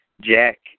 Jack